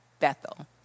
Bethel